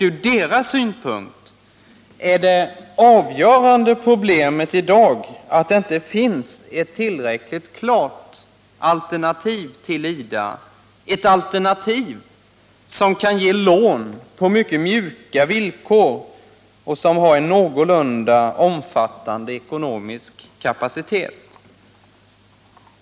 Ur deras synvinkel är det avgörande problemet att det i dag inte finns ett tillräckligt klart alternativ till IDA — ett alternativ som kan ge lån på mycket mjuka villkor och som har en någorlunda omfattande ekonomisk kapacitet.